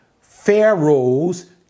Pharaoh's